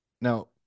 Now